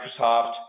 microsoft